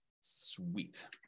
Sweet